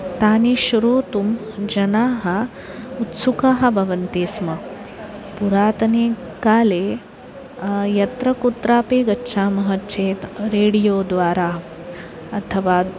तानि श्रोतुं जनाः उत्सुकाः भवन्ति स्म पुरातने काले यत्र कुत्रापि गच्छामः चेत् रेडियो द्वारा अथवा